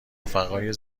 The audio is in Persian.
رفقای